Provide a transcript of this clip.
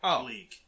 League